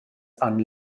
han